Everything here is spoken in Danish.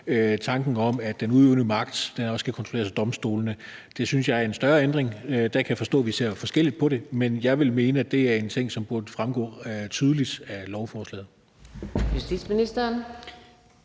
tanken om, at den udøvende magt også kan kontrolleres af domstolene. Det synes jeg er en større ændring. Det kan jeg forstå at vi ser forskelligt på, men jeg vil mene, at det er en ting, som burde fremgå tydeligt af lovforslaget.